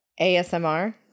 ASMR